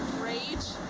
rage.